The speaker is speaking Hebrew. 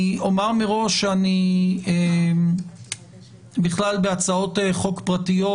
אני אומר מראש שבכלל בהצעות חוק פרטיות,